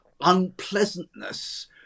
unpleasantness